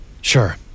Sure